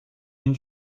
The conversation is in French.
une